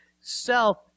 Self